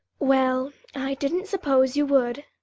well, i didn't suppose you would,